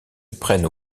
prennent